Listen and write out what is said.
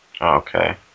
Okay